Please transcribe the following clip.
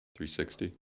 360